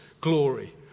glory